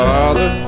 Father